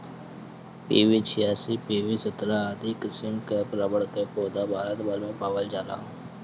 PB छियासी, PR सत्रह आदि किसिम कअ रबड़ कअ पौधा भारत भर में पावल जाला